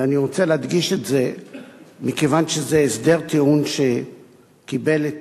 אני רוצה להדגיש את זה מכיוון שזה הסדר טיעון שקיבל את